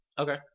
Okay